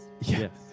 Yes